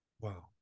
Wow